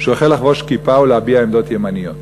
שהוא החל לחבוש כיפה ולהביע עמדות ימניות